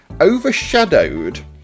overshadowed